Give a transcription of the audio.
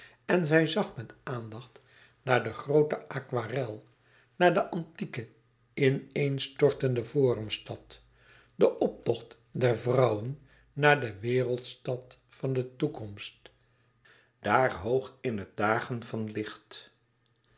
en zij zag met aandacht naar de groote aquarel naar de antieke in-een stortende forumstad de optocht der vrouwen naar de wereldstad van de toekomst daar hoog in het dagen van licht